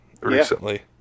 recently